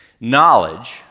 knowledge